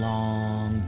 Long